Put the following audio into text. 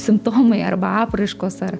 simptomai arba apraiškos ar